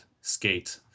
skate